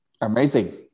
Amazing